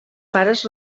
pares